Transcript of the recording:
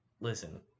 listen